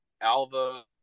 Alva